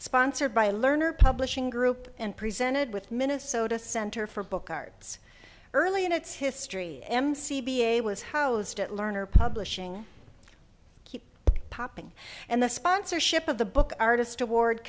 sponsored by lerner publishing group and presented with minnesota center for book arts early in its history m c b a was housed at lerner publishing popping and the sponsorship of the book artist award